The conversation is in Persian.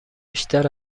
بیشتر